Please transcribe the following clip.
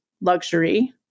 luxury